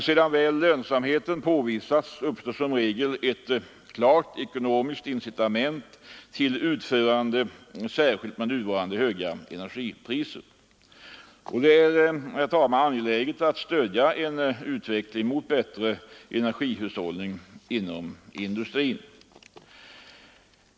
Sedan väl lönsamheten påvisats uppstår som regel ett klart ekonomiskt incitament till utförande av sådana installationer, särskilt med tanke på nuvarande höga energipriser. Det är, herr talman, angeläget att stödja en utveckling mot bättre energihushållning inom industrin.